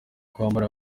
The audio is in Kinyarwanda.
kwambara